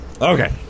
Okay